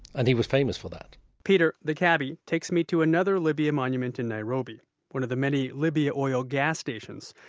and he was famous for that peter, the cabbie, takes me to another libya monument in nairobi one of the many libya oil gas stations.